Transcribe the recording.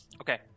Okay